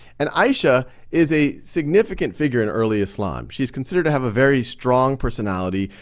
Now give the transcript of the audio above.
and aisha is a significant figure in early islam. she's considered to have a very strong personality.